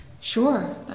sure